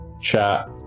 Chat